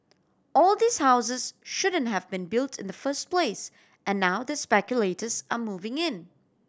all these houses shouldn't have been built in the first place and now the speculators are moving in